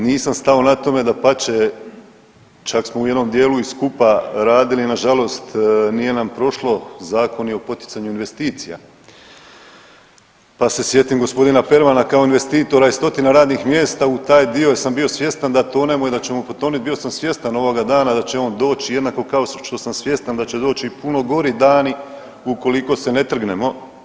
Nisam stao na tome, dapače čak smo u jednom dijelu i skupa radili, nažalost nije nam prošlo Zakon i o poticanju investicija, pa se sjetim g. Pervana kao investitora i stotina radnih mjesta u taj dio jer sam bio svjestan da tonemo i da ćemo potonuti, bio sam svjestan ovoga dana da će on doći, jednako kao što sam svjestan da će doći i puno gori dani ukoliko se ne trgnemo.